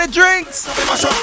drinks